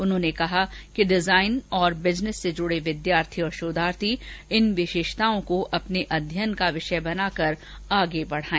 उन्होंने कहा कि डिजाइन और बिजनेस से जुड़े विद्यार्थी और शोधार्थी इन विशेषताओं को अपने अध्ययन का विषय बनाकर आगे बढ़ाए